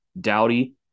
dowdy